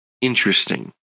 interesting